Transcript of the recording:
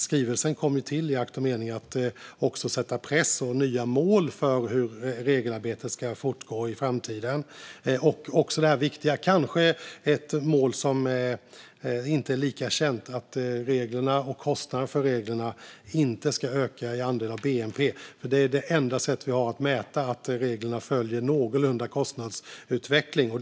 Skrivelsen kom ju till i akt och mening att sätta press på och sätta nya mål för hur regelförenklingsarbetet ska fortgå i framtiden. Ett viktigt mål som kanske inte är lika känt är att reglerna och kostnaderna för reglerna inte ska öka som andel av bnp. Det är det enda sättet att mäta att reglerna någorlunda följer kostnadsutvecklingen.